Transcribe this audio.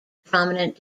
prominent